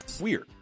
Weird